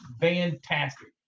fantastic